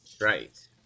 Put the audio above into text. Right